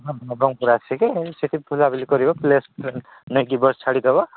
ହଁ ନବରଙ୍ଗପୁର ଆସିକି ସେଠି ବୁଲା ବୁଲି କରିବ ପ୍ଲେସ୍ ନେଇକି ବସ୍ ଛାଡ଼ି ଦେବ